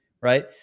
Right